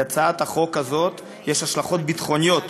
להצעת החוק הזאת יש השלכות ביטחוניות.